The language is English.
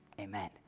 amen